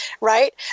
right